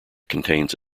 contains